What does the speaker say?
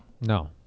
No